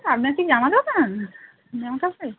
আপনার কি জামা দোকান জামাকাপড়ের